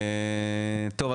טוב,